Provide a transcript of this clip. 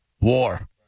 War